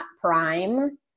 prime